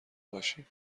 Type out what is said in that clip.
باشیم